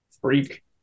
Freak